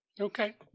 Okay